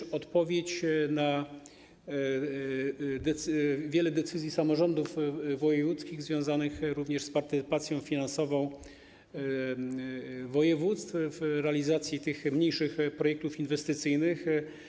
Jest to także odpowiedź na wiele decyzji samorządów wojewódzkich związanych również z partycypacją finansową województw w realizacji mniejszych projektów inwestycyjnych.